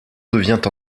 devient